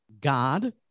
God